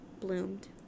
bloomed